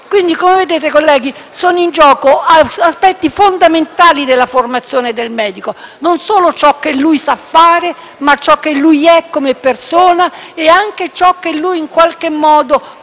Quindi, come vedete colleghi, sono in gioco aspetti fondamentali della formazione del medico, non solo ciò che sa fare, ma ciò che lui è come persona e anche ciò che, in qualche modo, può dare